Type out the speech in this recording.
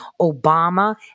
Obama